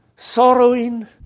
Sorrowing